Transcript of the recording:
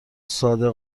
صادق